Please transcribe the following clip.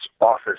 office